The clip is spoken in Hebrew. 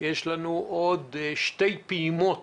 יש לנו עוד שתי פעימות